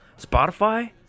Spotify